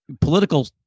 political